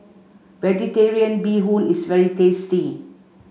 vegetarian bee hoon is very tasty